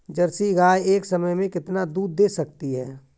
Jersey गाय एक समय में कितना दूध दे सकती है?